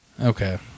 okay